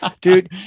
Dude